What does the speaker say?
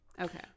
Okay